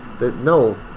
No